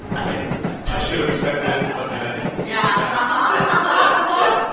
i made him do that i should have expected it, but yet i didn't yeah ah